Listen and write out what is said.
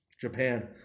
Japan